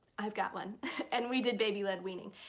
i've got one and we did baby led weaning.